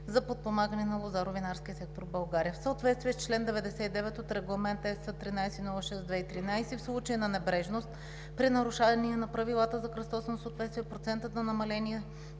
за подпомагане на лозаро-винарския сектор в България. В съответствие с чл. 99 от Регламент ЕС 1306/2013 в случай на небрежност при нарушаване на правилата за кръстосано съответствие процентът на намалението